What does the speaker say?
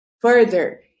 further